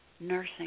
nursing